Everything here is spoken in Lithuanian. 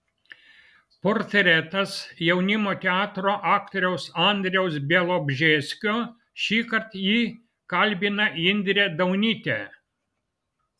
portretas jaunimo teatro aktoriaus andriaus bialobžeskio šįkart jį kalbina indrė daunytė